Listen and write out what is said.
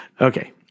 Okay